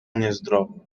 niezdrowo